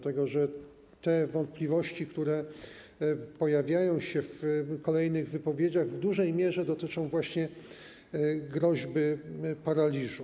Te wątpliwości, które pojawiają się w kolejnych wypowiedziach, w dużej mierze dotyczą właśnie groźby paraliżu.